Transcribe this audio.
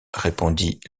répondit